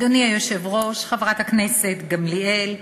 אדוני היושב-ראש, חברת הכנסת גמליאל,